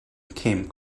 came